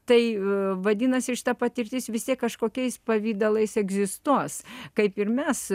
tai vadinasi šita patirtis vis tiek kažkokiais pavidalais egzistuos kaip ir mes